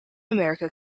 america